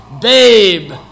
Babe